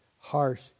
harsh